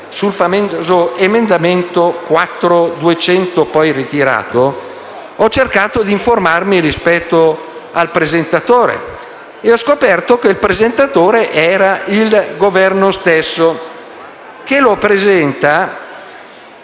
sul famoso emendamento 4.200, poi ritirato, ho cercato di informarmi rispetto al presentatore e ho scoperto che è il Governo stesso, che lo presenta